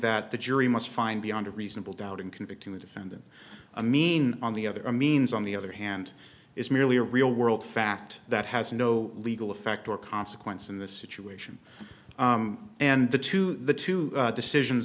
that the jury must find beyond a reasonable doubt in convicting the defendant amine on the other means on the other hand is merely a real world fact that has no legal effect or consequence in the situation and the two the two decisions